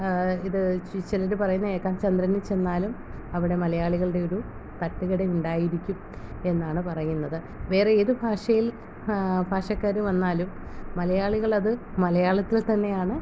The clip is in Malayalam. ഇത് ചിലർ പറയുന്നത് കേൾക്കാം ചന്ദ്രനിൽ ചെന്നാലും അവിടെ മലയാളികളുടെ ഒരു തട്ട് കടയുണ്ടായിരിക്കും എന്നാണ് പറയുന്നത് വേറെ ഏത് ഭാഷയിൽ ഭാഷക്കാർ വന്നാലും മലയാളികൾ അത് മലയാളത്തിൽ തന്നെയാണ്